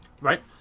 right